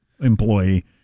employee